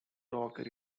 rock